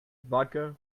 vodka